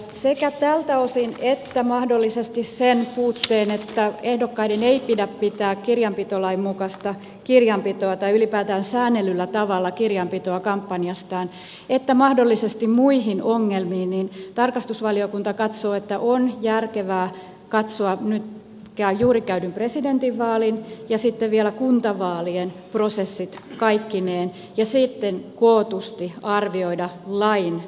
sekä tältä osin että mahdollisesti sen puutteen osalta että ehdokkaiden ei pidä pitää kirjanpitolain mukaista kirjanpitoa tai ylipäätään säännellyllä tavalla kirjanpitoa kampanjastaan sekä mahdollisesti muihin ongelmiin liittyen tarkastusvaliokunta katsoo että on järkevää katsoa nyt juuri käydyn presidentinvaalin ja sitten vielä kuntavaalien prosessit kaikkineen ja sitten kootusti arvioida lain muutostarpeita